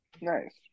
Nice